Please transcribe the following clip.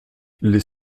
les